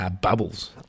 Bubbles